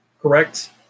Correct